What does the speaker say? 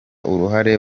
uruhare